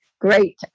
great